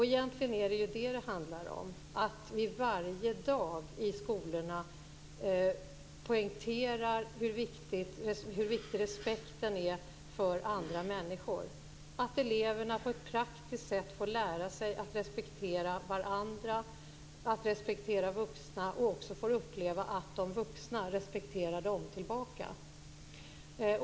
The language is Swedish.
Egentligen handlar det ju om att varje dag i skolorna poängtera hur viktig respekten för andra människor är, att eleverna på ett praktiskt sätt får lära sig att respektera varandra, respektera vuxna och också får uppleva att de vuxna respekterar dem tillbaka.